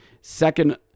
Second